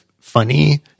funny